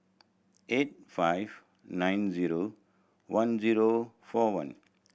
eight five nine zero one zero four one